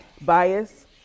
bias